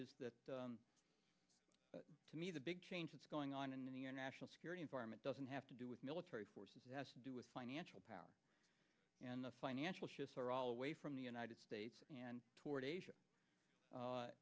is that to me the big change that's going on in your national security environment doesn't have to do with military forces to do with financial power and the financial shifts are all away from the united states and